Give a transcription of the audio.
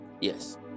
Yes